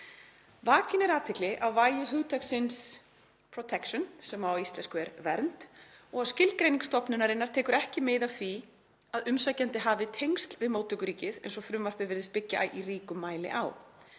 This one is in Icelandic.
„Vakin er athygli á vægi hugtaksins „protection““ — sem á íslensku er „vernd“ — „og að skilgreining stofnunarinnar tekur ekki mið af því að umsækjandi hafi tengsl við móttökuríkið eins og frumvarpið virðist byggja í ríkum mæli á.